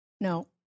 No